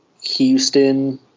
Houston